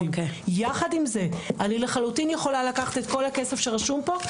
יחד עם זה אני לחלוטין יכולה לקחת את כל הכסף שרשום פה,